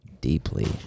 deeply